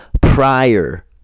prior